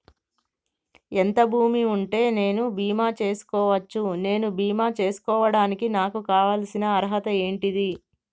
ఎంత భూమి ఉంటే నేను బీమా చేసుకోవచ్చు? నేను బీమా చేసుకోవడానికి నాకు కావాల్సిన అర్హత ఏంటిది?